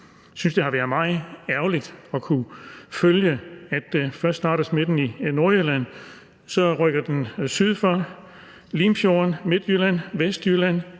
Jeg synes, det har været meget ærgerligt at kunne følge, at først starter smitten i Nordjylland, så rykker den syd for Limfjorden, Midtjylland, Vestjylland,